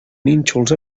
nínxols